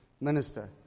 minister